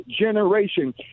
generation